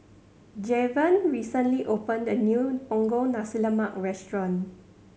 Javon recently opened a new Punggol Nasi Lemak restaurant